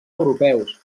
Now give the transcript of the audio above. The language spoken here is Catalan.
europeus